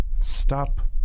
Stop